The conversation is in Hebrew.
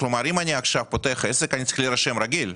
אם אני עכשיו פותח עסק אני צריך להירשם רגיל.